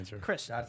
Chris